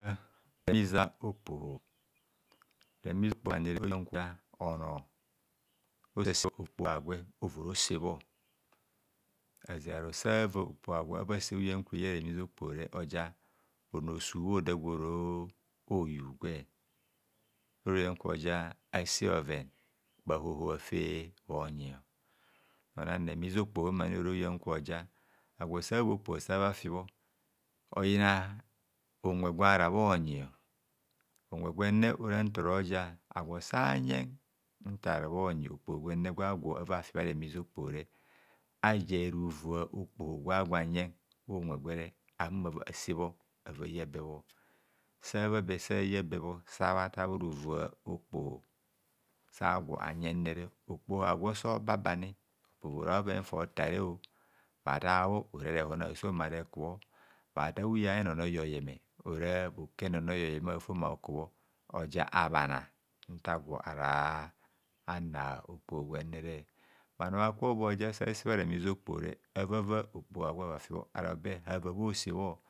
Aze aro sava okpoho agwo ava se bha aze aro sava okpoho agwo ava se nyon kwe bha remiza okpoho re oja onor sub bhoda gworo hub gwe ora nyon kwoja ase bhoven bhahoho fe bhonyi ona re miza okpoho sava fibho oyina unwe gwa ra bho nyi unwe gwenne ora ntoroja agwo sa nyen ntar rabhonyi okpoho gwenne gwa gwo ava fi bha remiza okpoho re aje ruvua okpoho gwa gwo anyen bha unwe gwere ahumord ase bho ava ya be bho sava gwe sava ya bebho sabhata bha ruvua okpoho sa gwo anyene okpoho agwo so ba bani opora bhoven fo tare o bhata bho ora rehon aso ma rekubho bhata uya enonoi oyeme ora bhuka eno noi a'fo ma bhu kubho oja abhana nta gwo ara ana okpoho gwenne bhanor bhakubho boja sa se bha remiza okpohore avava okpoho agwo anyi be aro hava bhose bho